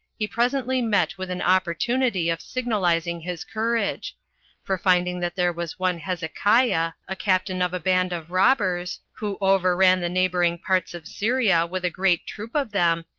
he presently met with an opportunity of signalizing his courage for finding that there was one hezekiah, a captain of a band of robbers, who overran the neighboring parts of syria with a great troop of them,